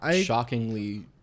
Shockingly